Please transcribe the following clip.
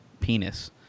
penis